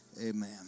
Amen